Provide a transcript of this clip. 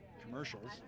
commercials